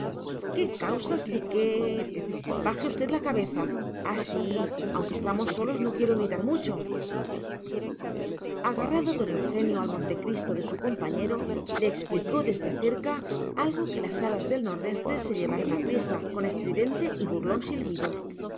qué causas ni qué baje usted la cabeza así aunque estamos solos no quiero gritar mucho agarrado don eugenio al montecristo de su compañero le explicó desde cerca algo que las alas del nordeste se llevaron aprisa con estridente y burlón silbido